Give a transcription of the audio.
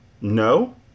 No